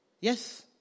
Yes